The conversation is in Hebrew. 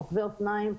רוכבי אופניים,